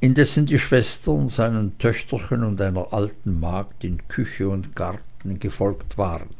indessen die schwestern seinem töchterchen und einer alten magd in küche und garten gefolgt waren